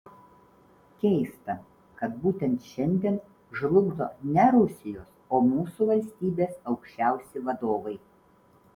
keista kad būtent šiandien žlugdo ne rusijos o mūsų valstybės aukščiausi vadovai